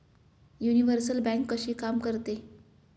Universal bank कशी काम करते?